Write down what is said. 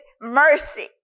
mercy